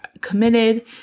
committed –